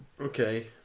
okay